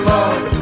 Lord